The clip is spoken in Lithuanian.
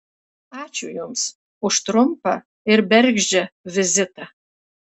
ačiū jums už trumpą ir bergždžią vizitą